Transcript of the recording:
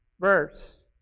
Verse